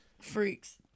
Freaks